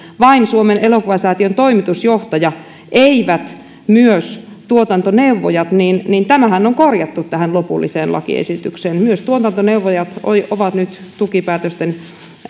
vain suomen elokuvasäätiön toimitusjohtaja eivät myös tuotantoneuvojat niin niin tämähän on korjattu tähän lopulliseen lakiesitykseen myös tuotantoneuvojat ovat nyt tukipäätösten